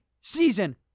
season